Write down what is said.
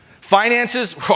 Finances